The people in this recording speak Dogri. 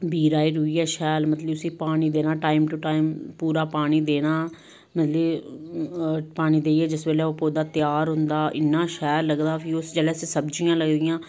बीऽ राही रूइयै शैल मतलब कि उसी पानी देना टाइम टू टाइम पूरा पानी देना मतलब कि पानी देइयै जिस बेल्लै ओह् पौधा त्यार होंदा इ'न्ना शैल लगदा फ्ही ओह् जिस बेल्लै उसी सब्जी लगदियां